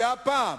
שהפעם,